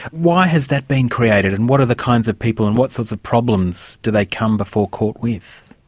why has that been created, and what are the kinds of people, and what sorts of problems do they come before court with?